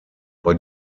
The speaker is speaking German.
bei